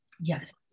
Yes